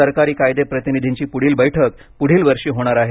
सरकारी कायदे प्रतिनिधींची पुढील बैठक पुढील वर्षी होणार आहे